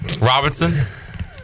Robinson